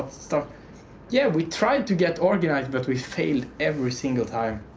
so yeah, we tried to get organized, but we failed every single time.